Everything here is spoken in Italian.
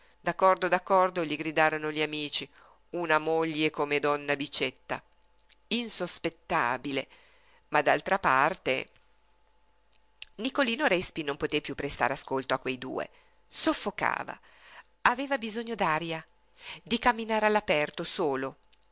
pazzo d'accordo d'accordo gli gridarono gli amici una moglie come donna bicetta insospettabile ma d'altra parte nicolino respi non poté piú prestare ascolto a quei due soffocava aveva bisogno d'aria di camminare all'aperto